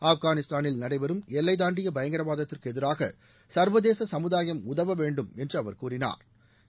ஆப்கானிஸ்தானில் நடைபெறும் எல்லை தாண்டிய ப யங்கரவா தத்தி ற்கு எதிராக சர்வ தேச சமுதாயம் உதவ வேண்டும் என்று அவர் கூறினா ர்